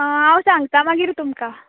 हांव सांगता मागीर तुमकां